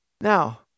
Now